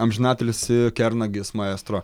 amžinatilsį kernagis maestro